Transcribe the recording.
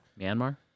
Myanmar